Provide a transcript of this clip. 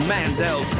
Mandel